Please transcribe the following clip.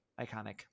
iconic